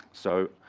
so